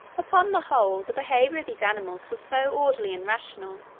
upon the whole, the behaviour of these animals was so orderly and rational,